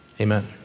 Amen